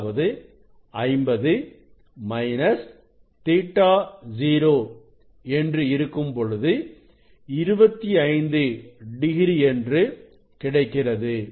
அதாவது 50 மைனஸ் Ɵ0 என்று இருக்கும்பொழுது 25 டிகிரி என்று கிடைக்கிறது